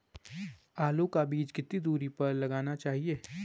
आलू का बीज कितनी दूरी पर लगाना चाहिए?